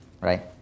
right